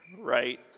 right